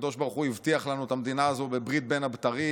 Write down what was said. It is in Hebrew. הקדוש ברוך הוא הבטיח לנו את המדינה הזו בברית בין הבתרים.